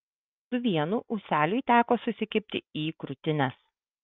su vienu ūseliui teko susikibti į krūtines